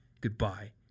Goodbye